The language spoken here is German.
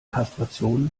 kastration